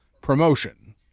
promotion